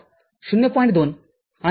२ आणि ०